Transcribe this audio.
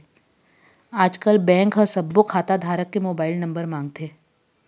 आजकल बेंक ह सब्बो खाता धारक के मोबाईल नंबर मांगथे